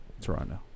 Toronto